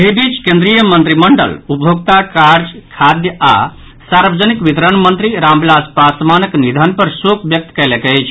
एहि बीच केन्द्रीय मंत्रिमंडल उपभोक्ता कार्य खाद्य आओर सार्वजनिक वितरण मंत्री रामविलास पासवानक निधन पर शोक व्यक्त कयलक अछि